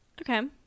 Okay